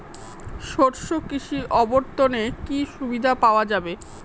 শস্য কৃষি অবর্তনে কি সুবিধা পাওয়া যাবে?